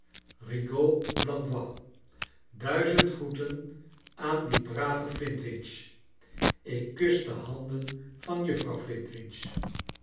duizend groeten aan dien braven flintwinch ik kus de handen van juffrouw